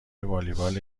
والیبال